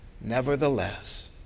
Nevertheless